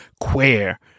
queer